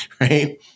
Right